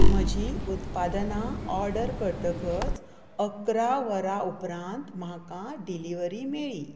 म्हजीं उत्पादनां ऑर्डर करतकच अकरा वरां उपरांत म्हाका डिलिव्हरी मेळ्ळी